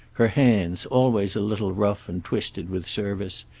her hands, always a little rough and twisted with service,